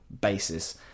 basis